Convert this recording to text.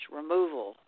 removal